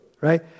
Right